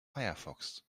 firefox